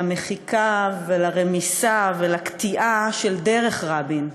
למחיקה ולרמיסה ולקטיעה של דרך רבין,